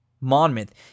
Monmouth